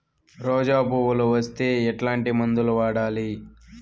రోజా పువ్వులు వస్తే ఎట్లాంటి మందులు వాడాలి?